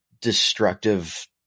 destructive